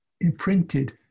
imprinted